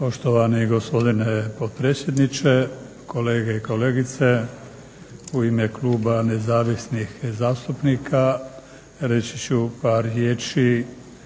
Poštovani gospodine potpredsjedniče, kolege i kolegice. U ime kluba nezavisnih zastupnika reći ću par riječi